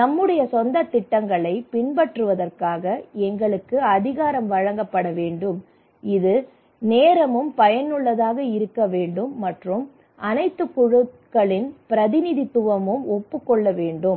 நம்முடைய சொந்த திட்டங்களைப் பின்பற்றுவதற்காக எங்களுக்கு அதிகாரம் வழங்கப்பட வேண்டும் இது நேரமும் பயனுள்ளதாக இருக்க வேண்டும் மற்றும் அனைத்து குழுக்களின் பிரதிநிதித்துவமும் ஒப்புக் கொள்ளப்பட வேண்டும்